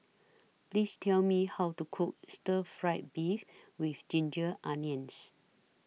Please Tell Me How to Cook Stir Fry Beef with Ginger Onions